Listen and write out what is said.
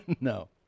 No